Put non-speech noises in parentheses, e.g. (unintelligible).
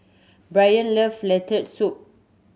(unintelligible) love Lentil Soup